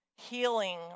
healing